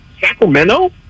Sacramento